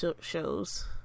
shows